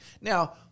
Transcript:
Now